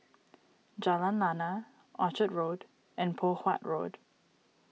Jalan Lana Orchard Road and Poh Huat Road